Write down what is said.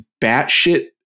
batshit